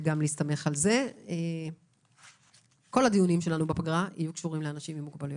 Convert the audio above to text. כל הדיונים שלנו בפגרה יהיו קשורים לאנשים עם מוגבלויות.